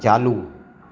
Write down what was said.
चालू